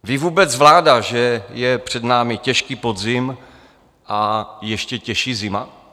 Ví vůbec vláda, že je před námi těžký podzim a ještě těžší zima?